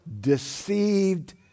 deceived